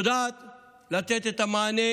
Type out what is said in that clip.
היא יודעת לתת את המענה